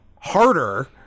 harder